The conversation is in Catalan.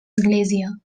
església